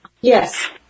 Yes